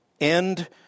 end